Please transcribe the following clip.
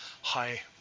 high